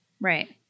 Right